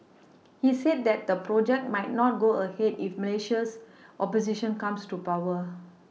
he said that the project might not go ahead if Malaysia's opposition comes to power